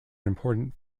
important